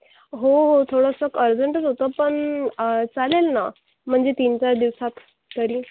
हो हो थोडंसं अर्जंटच होतं पण चालेल ना म्हणजे तीन चार दिवसात तरी